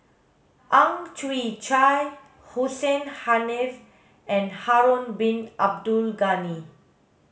Ang Chwee Chai Hussein Haniff and Harun bin Abdul Ghani